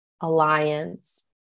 alliance